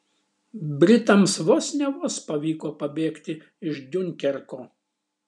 britams vos ne vos pavyko pabėgti iš diunkerko